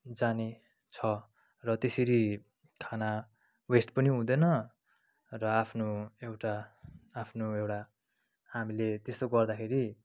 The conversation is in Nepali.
जानेछ र त्यसरी खाना वेस्ट पनि हुँदैन र आफ्नो एउटा आफ्नु एउटा हामीले त्यसो गर्दाखेरि